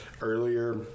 earlier